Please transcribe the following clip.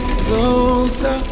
closer